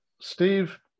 Steve